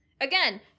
Again